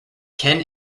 ken